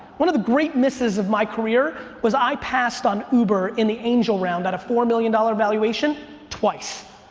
one of the great misses of my career was i passed on uber in the angel round at a four million dollar valuation twice.